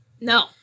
No